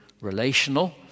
relational